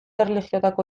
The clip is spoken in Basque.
erlijiotako